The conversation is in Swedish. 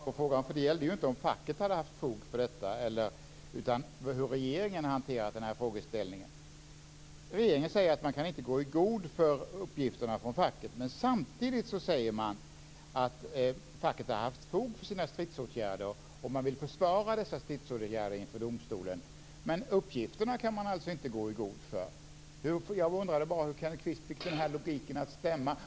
Fru talman! Kenneth Kvist undviker också att svara på frågan. Det gällde ju inte om facket har haft fog för detta utan hur regeringen har hanterat den här frågeställningen. Regeringen säger att man inte kan gå i god för uppgifterna från facket. Men samtidigt säger man att facket har haft fog för sina stridsåtgärder. Man vill försvara dessa stridsåtgärder inför domstolen, men man kan alltså inte gå i god för uppgifterna. Jag undrade bara hur Kenneth Kvist fick den här logiken att stämma.